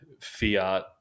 fiat